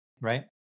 right